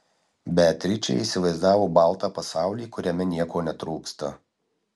beatričė įsivaizdavo baltą pasaulį kuriame nieko netrūksta